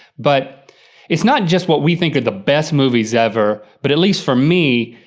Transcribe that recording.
but it's not just what we think are the best movies ever, but at least for me,